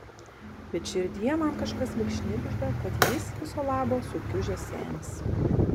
bet širdyje man kažkas lyg šnibžda kad jis viso labo sukiužęs senis